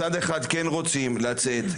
מצד אחד כן רוצים לצאת,